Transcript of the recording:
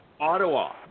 Ottawa